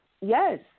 Yes